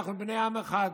אנחנו בני עם אחד,